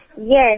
Yes